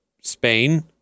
Spain